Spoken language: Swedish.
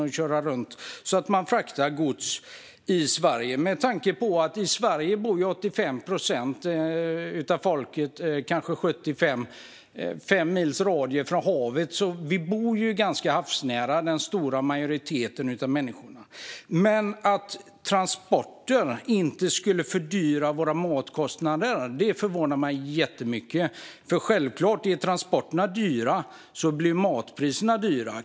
Då handlar det om att frakta gods i Sverige. Med tanke på att kanske 75-85 procent av folket i Sverige bor inom fem mils avstånd från havet bor ju den stora majoriteten av människorna ganska havsnära. Men att transporter inte skulle fördyra matkostnaderna förvånar mig jättemycket. Det är självklart att om transporterna är dyra blir matpriserna höga.